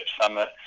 Summit